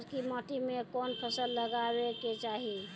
करकी माटी मे कोन फ़सल लगाबै के चाही?